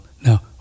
Now